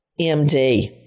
MD